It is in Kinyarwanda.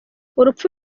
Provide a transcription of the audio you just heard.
urupfu